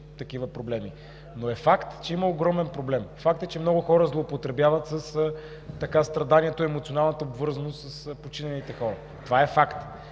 такива проблеми. Но е факт, че има огромен проблем. Факт е, че много хора злоупотребяват със страданието и емоционалната обвързаност с починалите хора. Това е факт